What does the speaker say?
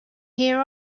hear